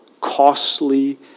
costly